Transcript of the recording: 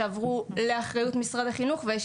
שעברו לאחריות משרד החינוך ועכשיו יש